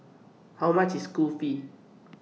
How much IS Kulfi